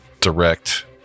direct